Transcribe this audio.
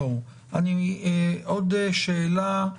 עוד שאלה: